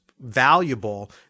Valuable